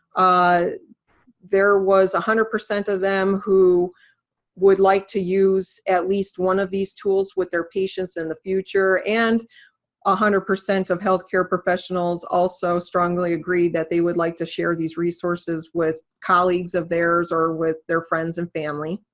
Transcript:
ah there was one hundred percent of them who would like to use at least one of these tools with their patients in the future. and one ah hundred percent of healthcare professionals also strongly agreed that they would like to share these resources with colleagues of theirs or with their friends and family.